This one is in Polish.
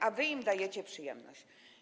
A wy im robicie przyjemność.